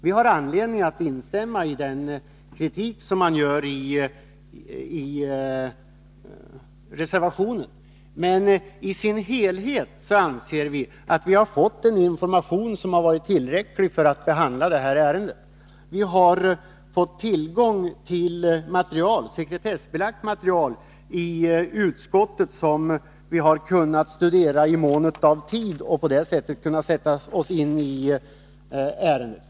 Vi har anledning att instämma i den kritik som man för fram i reservationen, men i sin helhet anser vi att den information vi fått har varit tillräcklig för att behandla ärendet. Vi har i utskottet fått tillgång till sekretessbelagt material, som vi kunnat studera i mån av tid, och vi har på det sättet kunnat sätta oss in i ärendet.